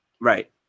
Right